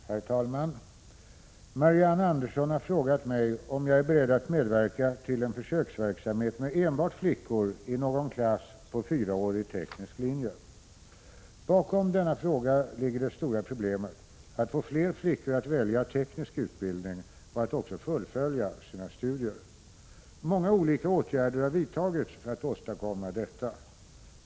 Herr talman! Marianne Andersson har frågat mig om jag är beredd att medverka till en försöksverksamhet med enbart flickor i någon klass på fyraårig teknisk linje. Bakom denna fråga ligger det stora problemet att få fler flickor att välja teknisk utbildning och att också fullfölja sina studier. Många olika åtgärder har vidtagits för att åstadkomma detta.